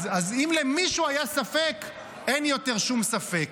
אז אם למישהו היה ספק, אין יותר שום ספק.